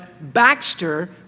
Baxter